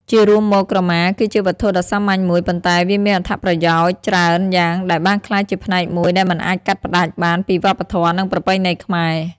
ជារួមមកក្រមាគឺជាវត្ថុដ៏សាមញ្ញមួយ ប៉ុន្តែវាមានអត្ថប្រយោជន៍ច្រើនយ៉ាងដែលបានក្លាយជាផ្នែកមួយដែលមិនអាចកាត់ផ្ដាច់បានពីវប្បធម៌ និងប្រពៃណីខ្មែរ។